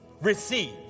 receive